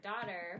daughter